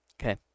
Okay